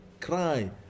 Cry